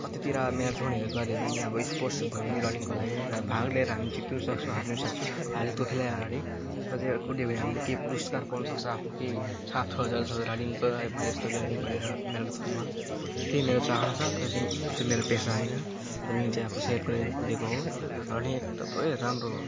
कतितिर म्याराथनहरू गर्यो भने अब स्पोर्ट्स भयो भने रनिङको लागि र भाग लिएर हामी जित्नु सक्छौँ हार्नु सक्छौँ हारजितको खेला हो अगाडि कुद्यो भने हामीले केही पुरस्कार पाउनु सक्छ आफ्नो केही छाप छोडेर जान सक्छ रनिङको लागि मैले यस्तो गरेँ भनेर म्याराथनमा त्यही मेरो चाह छ र त्यही चाहिँ मेरो पेसा हैन रनिङ चाहिँ आफ्नो सेहतको लागि कुदेको हो रनिङ एकदमै राम्रो हो